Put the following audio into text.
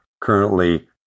currently